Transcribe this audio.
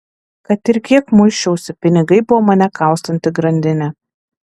kad ir kiek muisčiausi pinigai buvo mane kaustanti grandinė